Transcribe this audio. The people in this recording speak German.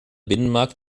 binnenmarkt